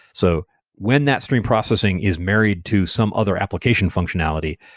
so when that stream processing is married to some other application functionality,